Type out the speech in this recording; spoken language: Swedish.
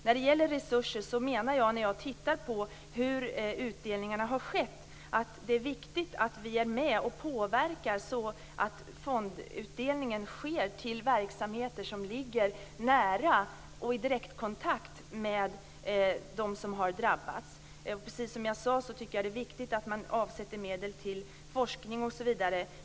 När det gäller resurser menar jag att det är viktigt att vi är med och påverkar så att fondutdelningen sker till verksamheter som ligger nära och i direktkontakt med dem som drabbats. Precis som jag sade, tycker jag att det är viktigt att man avsätter medel till forskning osv.